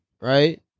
right